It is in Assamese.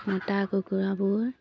মতা কুকুৰাবোৰ